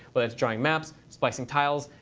whether it's drawing maps, splicing tiles,